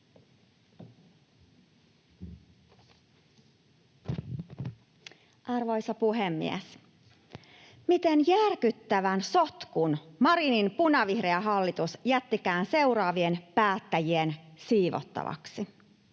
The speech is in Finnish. Arvoisa puhemies! Miten järkyttävän sotkun Marinin punavihreä hallitus jättikään seuraavien päättäjien siivottavaksi!